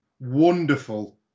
wonderful